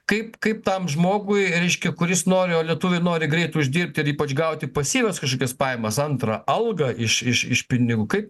kaip kaip tam žmogui reiškia kuris nori o lietuviai nori greit uždirbti ir ypač gauti pasyvias kažkokias pajamas antrą algą iš iš iš pinigų kaip